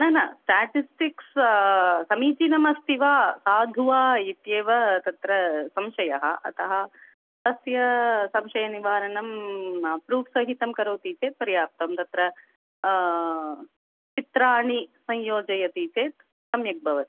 न न स्ट्याटिस्टिक्स् समीचीनम् अस्ति वा साधु वा इत्येव तत्र संशयः अतः तस्य संशयनिवारणं प्रूफ़् सहितं करोति चेत् पर्याप्तं तत्र चित्राणि संयोजयति चेत् सम्यक् भवति